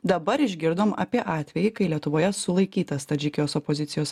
dabar išgirdom apie atvejį kai lietuvoje sulaikytas tadžikijos opozicijos